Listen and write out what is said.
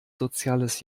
soziales